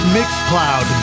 Mixcloud